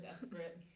desperate